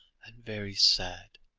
and very sad.